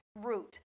root